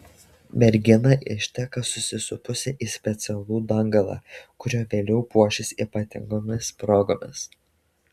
mergina išteka susisupusi į specialų dangalą kuriuo vėliau puošis ypatingomis progomis